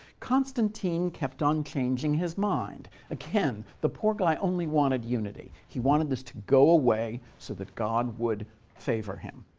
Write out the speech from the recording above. constantine kept on changing his mind. again, the poor guy only wanted unity. he wanted this to go away so that god would favor him.